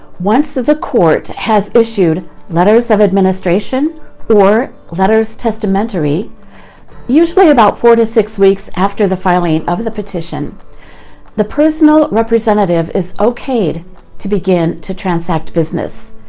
once the the court has issued letters of administration or letters testamentary usually about four to six weeks after the filing of the petition the personal representative is okayed to begin to transact business.